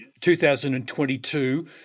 2022